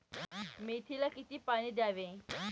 मेथीला किती पाणी द्यावे?